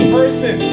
person